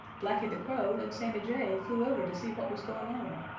blacky the crow and sammy jay flew over to see what was going on.